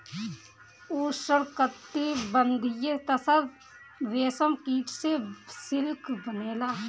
उष्णकटिबंधीय तसर रेशम कीट से सिल्क बनेला